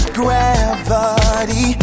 gravity